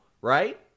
right